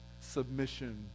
submission